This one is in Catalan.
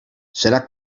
serà